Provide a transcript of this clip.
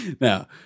now